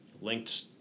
linked